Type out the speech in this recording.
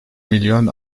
milyon